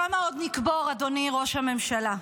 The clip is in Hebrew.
כמה עוד נקבור, אדוני ראש הממשלה?